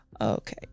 Okay